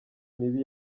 mibi